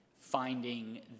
finding